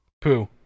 Poo